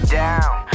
down